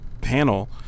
panel